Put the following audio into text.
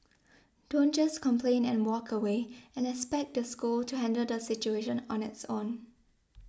don't just complain and walk away and expect the school to handle the situation on its own